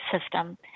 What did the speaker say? system